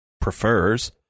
Prefers